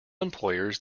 employers